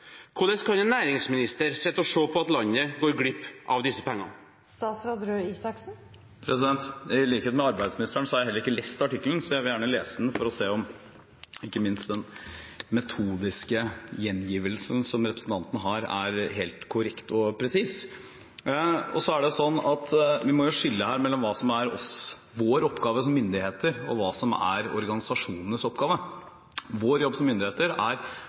Hvordan kan en næringsminister sitte og se på at landet går glipp av disse pengene? I likhet med arbeidsministeren har heller ikke jeg lest artikkelen, så jeg vil gjerne lese den for å se om ikke minst den metodiske gjengivelsen som representanten har, er helt korrekt og presis. Vi må skille her mellom hva som er vår oppgave som myndigheter, og hva som er organisasjonenes oppgave. Vår jobb som myndigheter er